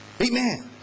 amen